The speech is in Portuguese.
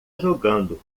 jogando